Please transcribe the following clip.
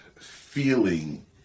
feeling